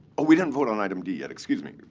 oh, we didn't vote on item d yet. excuse me.